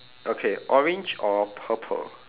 okay orange or purple